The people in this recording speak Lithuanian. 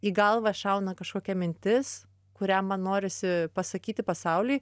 į galvą šauna kažkokia mintis kurią man norisi pasakyti pasauliui